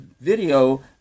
video